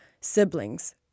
siblings